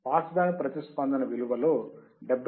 pass band ప్రతిస్పందన విలువలో లో 70